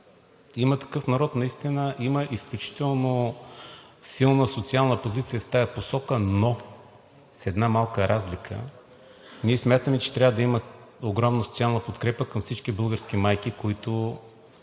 „Има такъв народ“ наистина има изключително силна социална позиция в тази посока, но с една малка разлика – ние смятаме, че трябва да има огромна социална подкрепа към всички български майки, които